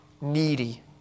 needy